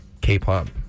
K-pop